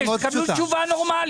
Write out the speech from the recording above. התשובה היא מאוד פשוטה.